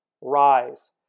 rise